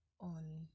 on